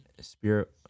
spirit